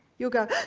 you'll go uh-uh,